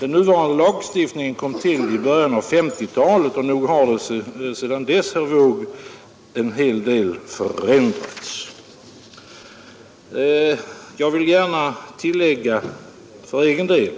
Den nuvarande lagstiftningen kom till i början av 1950-talet, och nog har sedan dess, herr Wååg, en hel del förändrats. Jag vill gärna tillägga för egen del